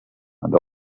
and